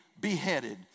beheaded